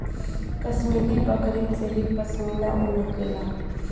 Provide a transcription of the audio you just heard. कश्मीरी बकरिन से ही पश्मीना ऊन निकलला